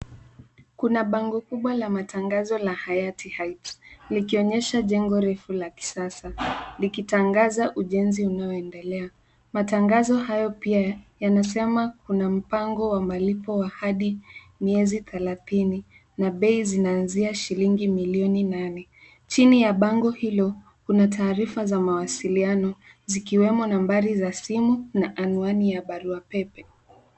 Kuna bango kubwa la matangazo la Hayati Height likionyesha jengo refu la kisasa likitangaza ujenzi unaoendelea. Matangazo hayo pia yanasema kuna mpango wa malipo wa hadi miezi thelathini na bei zinaanzia shilingi milioni nane. Chini ya bango hilo kuna taarifa za mawasiliano zikiwemo nambari za simu na anwani ya barua pepe.